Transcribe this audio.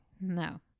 No